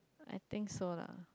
I think so lah